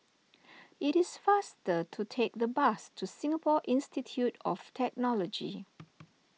it is faster to take the bus to Singapore Institute of Technology